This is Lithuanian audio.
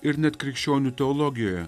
ir net krikščionių teologijoje